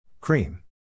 Cream